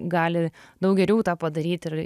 gali daug geriau tą padaryt ir